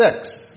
Six